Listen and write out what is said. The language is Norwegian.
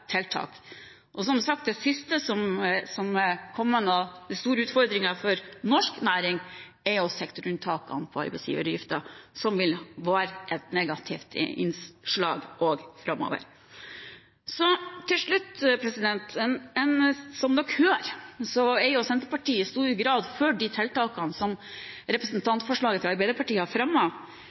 som sagt er den siste store utfordringen for norsk næring sektorunntakene på arbeidsgiveravgiften, som òg vil være et negativt innslag framover. Som dere hører, er Senterpartiet i stor grad for de tiltakene som fremmes i representantforslaget fra Arbeiderpartiet.